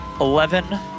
Eleven